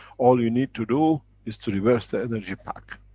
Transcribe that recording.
all you need to do is to reverse the energy pack,